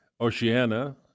Oceana